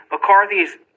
McCarthy's